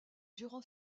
durant